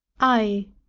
i,